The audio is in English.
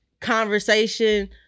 conversation